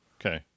Okay